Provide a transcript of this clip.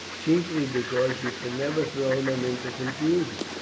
chiefly because you can never throw them into confusion.